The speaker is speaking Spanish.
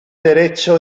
derecho